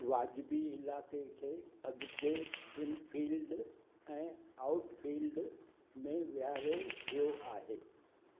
वाजिबी इलाइक़े खे अॻिते इनफील्ड ऐं आउटफील्ड में विहारियो वियो आहे